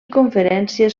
conferències